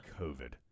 COVID